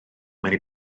mewn